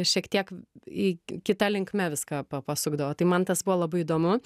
šiek tiek į kita linkme viską pa pasukdavo tai man tas buvo labai įdomu